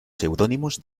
seudónimos